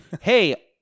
hey